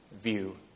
view